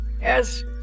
Yes